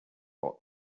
ought